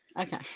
Okay